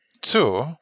Two